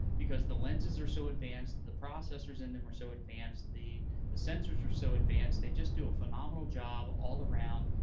because the lenses are so advanced, the processors in them are so advanced, the the sensors are so advanced. they just do a phenomenal job all around,